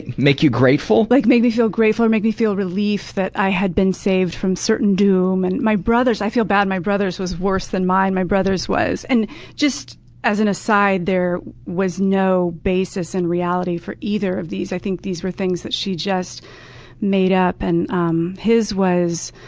make you grateful? like make me feel grateful, or make me feel relief that i had been saved from certain doom. and my brother's i feel bad my brother's was worse than mine. my brother's was and just as an aside, there was no basis in reality for either of these. i think these were things that she just made up. and um his was,